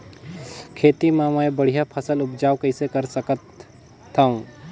खेती म मै बढ़िया फसल उपजाऊ कइसे कर सकत थव?